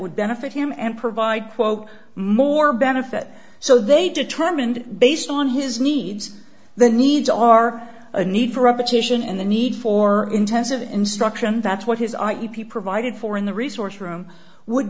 would benefit him and provide quote more benefit so they determined based on his needs the needs are a need for repetition and the need for intensive instruction that's what his ip provided for in the resource room would